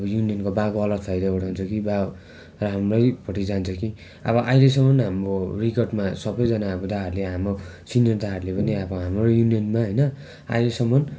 अब युनियनको बा अलग फाइदा उठाउँछ कि बा राम्रैपट्टि जान्छ कि अब अहिलेसम हाम्रो रिकर्डमा सबैजना दादाहरूले हाम्रो अब सिनियर दादाहरूले पनि अब हाम्रो युनियनमा होइन अहिलेसम्म